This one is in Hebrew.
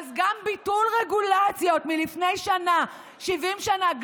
אז גם ביטול רגולציות מלפני 70 שנה,